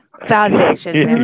Foundation